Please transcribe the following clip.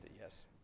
yes